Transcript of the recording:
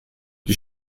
die